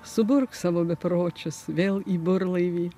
suburk savo bepročius vėl į burlaivį